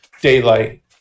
daylight